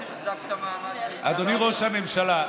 אדוני ראש הממשלה,